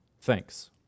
thanks